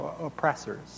oppressors